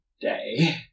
day